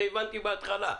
הבנתי את זה בהתחלה.